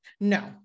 No